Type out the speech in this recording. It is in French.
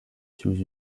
sous